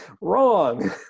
Wrong